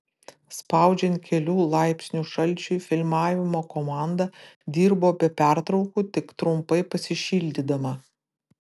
spaudžiant kelių laipsnių šalčiui filmavimo komanda dirbo be pertraukų tik trumpai pasišildydama